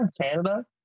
Canada